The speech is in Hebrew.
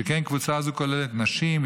שכן קבוצה זו כוללת נשים,